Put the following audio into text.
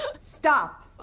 Stop